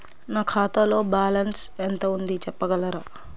నా ఖాతాలో బ్యాలన్స్ ఎంత ఉంది చెప్పగలరా?